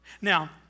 Now